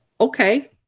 okay